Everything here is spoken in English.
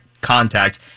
contact